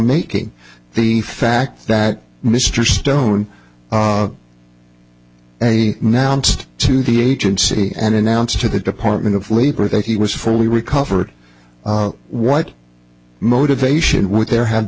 making the fact that mr stone a now nst to the agency and announced to the department of labor that he was fully recovered what motivation would there have